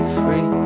free